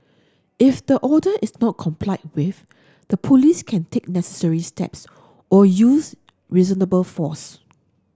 if the order is not complied with the Police can take necessary steps or use reasonable force